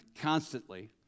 constantly